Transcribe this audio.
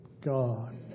God